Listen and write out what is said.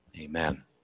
Amen